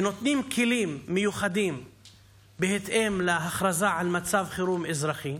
ונותנים כלים מיוחדים בהתאם להכרזה על מצב חירום אזרחי,